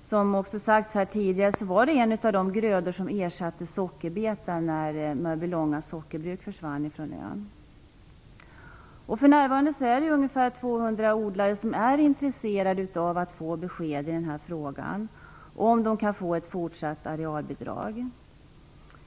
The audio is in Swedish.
Som sagts här tidigare var bönan en av de grödor som ersatte sockerbetan när Mörbylånga sockerbruk försvann från ön. För närvarande är ca 200 odlare intresserade av att få besked i frågan om de kan få fortsatt arealbidrag.